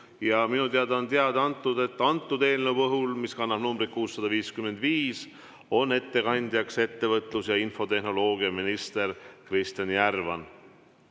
Minu teada on teada antud, et antud eelnõu puhul, mis kannab numbrit 655, on ettekandja ettevõtlus‑ ja infotehnoloogiaminister Kristjan Järvan.